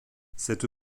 cette